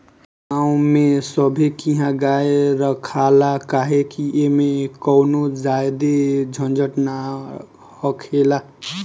गांव में सभे किहा गाय रखाला काहे कि ऐमें कवनो ज्यादे झंझट ना हखेला